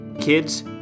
Kids